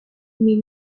mais